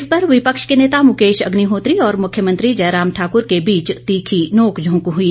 इस पर विपक्ष के नेता मुकेश अग्रिहोत्री और मुख्यमंत्री जयराम ठाकर के बीच तीखी नोक झोंक हई